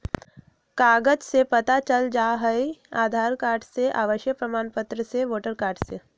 कागज से पता चल जाहई, आधार कार्ड से, आवासीय प्रमाण पत्र से, वोटर कार्ड से?